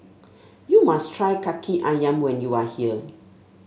you must try kaki ayam when you are here